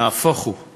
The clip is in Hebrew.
נהפוך הוא.